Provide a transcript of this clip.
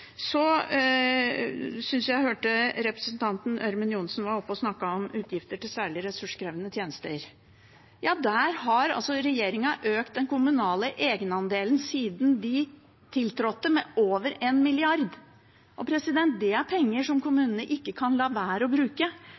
Representanten Ørmen Johnsen var oppe og snakket om utgifter til særlig ressurskrevende tjenester. Der har regjeringen økt den kommunale egenandelen siden de tiltrådte, med over 1 mrd. kr. Det er penger som kommunene ikke kan la være å bruke,